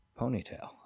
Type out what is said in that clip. Ponytail